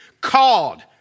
Called